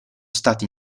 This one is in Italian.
stati